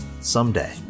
someday